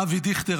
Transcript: אבי דיכטר,